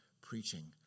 preaching